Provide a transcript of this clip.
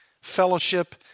fellowship